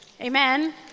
Amen